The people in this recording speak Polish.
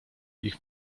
ich